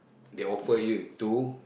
they offer you to